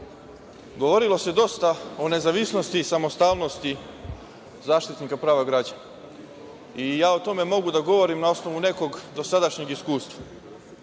DOS-a. Govorilo se dosta o nezavisnosti i samostalnosti zaštitnika prava građana i o tome mogu da govorim na osnovu nekog dosadašnjeg iskustva.